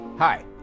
Hi